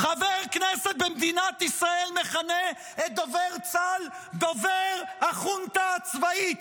חבר כנסת במדינת ישראל מכנה את דובר צה"ל "דובר החונטה הצבאית".